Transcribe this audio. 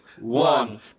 one